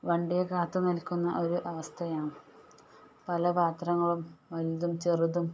വണ്ടിയെ കാത്തു നില്ക്കുന്ന ഒരവസ്ഥയാണ് പല പാത്രങ്ങളും വലുതും ചെറുതും